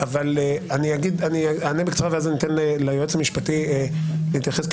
אני אענה בקצרה ואז אני אתן ליועץ המשפטי להתייחס כי